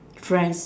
friends